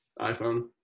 iPhone